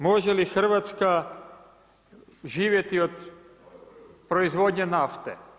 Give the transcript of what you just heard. Može li Hrvatska živjeti od proizvodnje nafte?